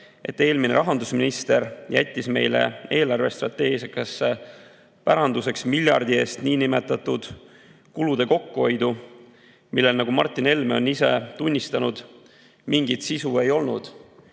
et eelmine rahandusminister jättis meile eelarvestrateegiasse päranduseks miljardi ulatuses nn kulude kokkuhoidu. Millel, nagu Martin Helme on ise tunnistanud, mingit sisu ei olnud.